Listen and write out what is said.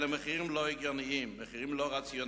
אלה מחירים לא הגיוניים, מחירים לא רציונליים.